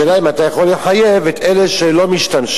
השאלה אם אתה יכול לחייב את אלה שלא משתמשים.